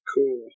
Cool